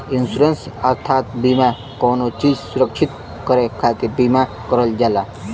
insurance अर्थात बीमा कउनो चीज सुरक्षित करे खातिर बीमा करल जाला